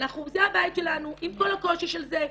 זה הבית שלנו, עם כל הקושי של זה.